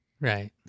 Right